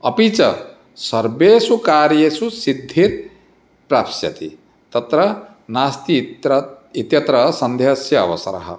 अपि च सर्वेषु कार्येषु सिद्धिः प्राप्स्यति तत्र नास्ति इत्र इत्यत्र सन्देहस्य अवसरः